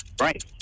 Right